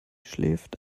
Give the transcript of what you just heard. schläft